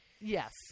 Yes